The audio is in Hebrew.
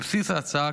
בבסיס ההצעה,